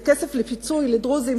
זה כסף לפיצוי לדרוזים,